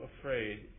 afraid